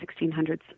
1600s